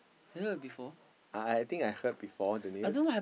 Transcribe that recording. I think I heard before the news